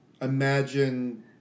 Imagine